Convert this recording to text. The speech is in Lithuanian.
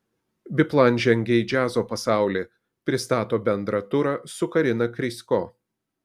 biplan žengia į džiazo pasaulį pristato bendrą turą su karina krysko